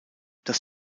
dass